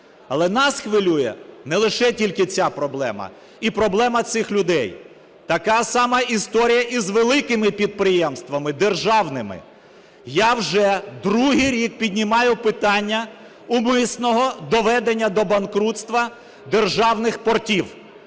Але нас хвилює не лише тільки ця проблема і проблема цих людей. Така сама історія і з великими підприємствами державними. Я вже другий рік піднімаю питання умисного доведення до банкрутства державних портів.